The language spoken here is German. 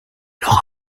noch